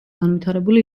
განვითარებული